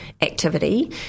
activity